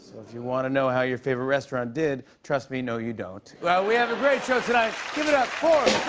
if you want to know how your favorite restaurant did, trust me, no, you don't. we have a great show tonight. give it up for